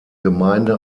gemeinde